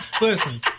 Listen